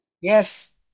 Yes